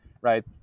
right